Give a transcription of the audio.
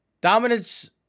dominance